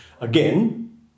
again